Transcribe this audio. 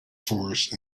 forest